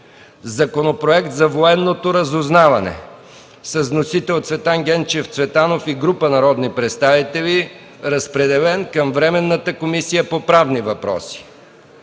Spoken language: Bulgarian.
Законопроект за военното разузнаване. Вносители – Цветан Генчев Цветанов и група народни представители. Разпределен е на Временната комисия по правни въпроси.